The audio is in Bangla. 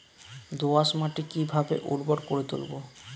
দোয়াস মাটি কিভাবে উর্বর করে তুলবো?